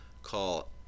call